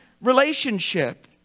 relationship